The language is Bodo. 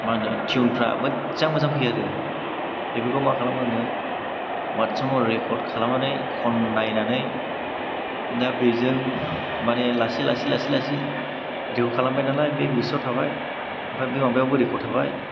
मा होनो थिउनफ्रा मोजां मोजां फैखायो आरो बेफोरखौ मा खालामो आङो वाथ्सआपआव रेकर्ड खालामनानै खननायनानै दा बिजों माने लासै लासै लासै लासै रेकर्द खालामबाय नालाय बे गोसोयाव थाबाय ओमफ्राय बे माबायावबो रेकर्ड थाबाय